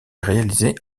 réalisé